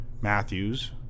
Matthews